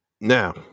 Now